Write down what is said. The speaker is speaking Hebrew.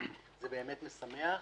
זה באמת משמח.